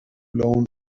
blown